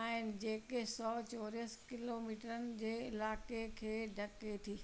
आहिनि जेके सौ चौरसि किलोमीटर जे इलाके खे ढके थी